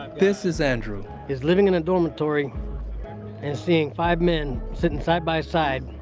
this is andrew, is living in a dormitory and seeing five men sitting side by side,